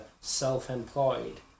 self-employed